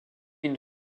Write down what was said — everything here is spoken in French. une